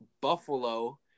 Buffalo